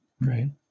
Right